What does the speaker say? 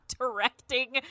directing